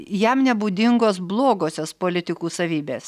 jam nebūdingos blogosios politikų savybės